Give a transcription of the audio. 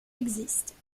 existent